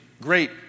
great